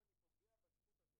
לא התכוונתי על מגדר ספציפית.